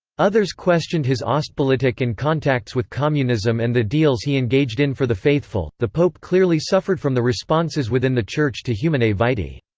others questioned his ah ostpolitik and contacts with communism and the deals he engaged in for the faithful the pope clearly suffered from the responses within the church to humanae vitae.